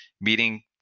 meeting